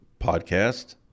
podcast